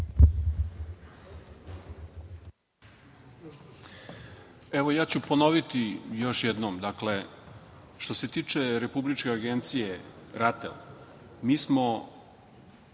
Ja ću ponoviti još jednom. Dakle, što se tiče Republičke agencije RATEL, mi smo